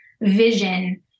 vision